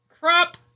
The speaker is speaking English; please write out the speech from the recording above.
Crop